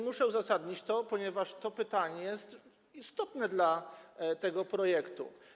Muszę to uzasadnić, ponieważ to pytanie jest istotne dla tego projektu.